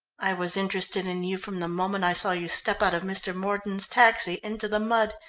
i was interested in you from the moment i saw you step out of mr. mordon's taxi into the mud,